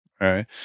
right